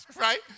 right